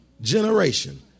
generation